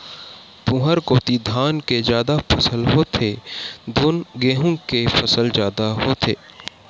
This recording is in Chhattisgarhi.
तुँहर कोती धान के जादा फसल होथे धुन गहूँ के फसल जादा होथे?